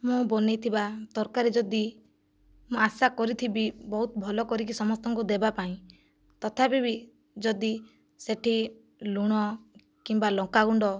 ମୁଁ ବନାଇଥିବା ତରକାରୀ ଯଦି ମୁଁ ଆଶା କରିଥିବି ବହୁତ ଭଲ କରିକି ସମସ୍ତଙ୍କୁ ଦେବା ପାଇଁ ତଥାପି ବି ଯଦି ସେଠି ଲୁଣ କିମ୍ବା ଲଙ୍କା ଗୁଣ୍ଡ